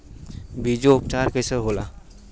बीजो उपचार कईसे होला?